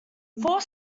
four